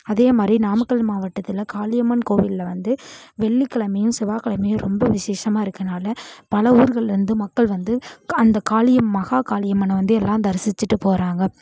அதேமாதிரி நாமக்கல் மாவட்டத்தில் காளியம்மன் கோவில்ல வந்து வெள்ளிக்கிழமையும் செவ்வாய்க்கிழமையும் ரொம்ப விசேஷமாக இருக்கிறனால பல ஊர்கள்ல இருந்து மக்கள் வந்து அந்த காளி மகா காளியம்மனை வந்து எல்லாம் தரிசிச்சிட்டு போகிறாங்க